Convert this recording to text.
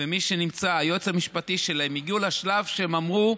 ומי שנמצא, היועץ המשפטי שלהם, הגיע שלב שהם אמרו: